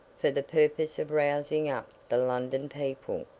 for the purpose of rousing up the london people,